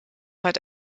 hat